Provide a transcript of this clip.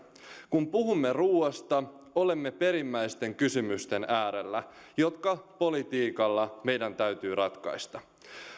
kun puhumme ruuasta olemme perimmäisten kysymysten äärellä jotka politiikalla meidän täytyy ratkaista